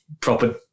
proper